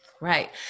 Right